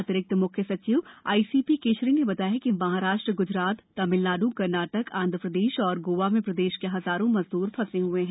अतिरिक्त मुख्य सचिव आईसीपी केशरी ने बताया कि महाराष्ट्र ग्जरात तमिलनाइ कर्नाटक आंध्र प्रदेश और गोवा में प्रदेश के हजारों मजदूर फंसे हुए हैं